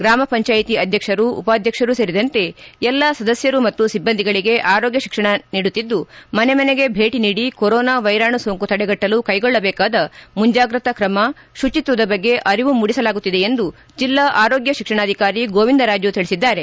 ಗ್ರಾಮ ಪಂಚಾಯಿತಿ ಅಧ್ಯಕ್ಷರು ಉಪಾಧ್ಯಕ್ಷರು ಸೇರಿದಂತೆ ಎಲ್ಲಾ ಸದಸ್ಯರು ಮತ್ತು ಸಿಬ್ಲಂದಿಗಳಿಗೆ ಆರೋಗ್ಯ ಶಿಕ್ಷಣ ನೀಡುತ್ತಿದ್ದು ಮನೆ ಮನೆಗೆ ಭೇಟಿ ನೀಡಿ ಕೊರೊನಾ ವೈರಾಣು ಸೋಂಕು ತಡೆಗಟ್ಲಲು ಕೈಗೊಳ್ಳದೇಕಾದ ಮುಂಜಾಗೃತಾ ಕ್ರಮ ಶುಚಿತ್ತದ ಬಗ್ಗೆ ಅರಿವು ಮೂಡಿಸಲಾಗುತ್ತಿದೆ ಎಂದು ಜಿಲ್ಲಾ ಆರೋಗ್ಯ ಶಿಕ್ಷಣಾಧಿಕಾರಿ ಗೋವಿಂದ ರಾಜು ತಿಳಿಸಿದ್ದಾರೆ